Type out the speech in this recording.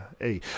Hey